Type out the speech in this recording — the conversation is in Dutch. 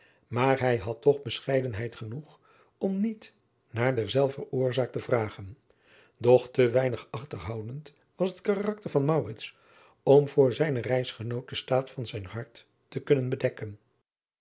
maar hij had toch bescheidenheid genoeg om niet naar derzejver oorzaak te vragen doch te weinig achterhoudend was het karakter van maurits om voor adriaan loosjes pzn het leven van maurits lijnslager zijnen reisgenoot den staat van zijn hart te kunnen bedekken